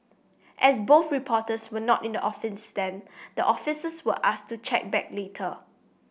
as both reporters were not in the office then the officers were asked to check back later